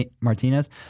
Martinez